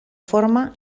forma